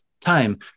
time